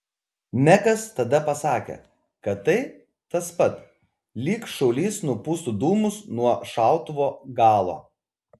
mekas tada pasakė kad tai tas pat lyg šaulys nupūstų dūmus nuo šautuvo galo